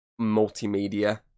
multimedia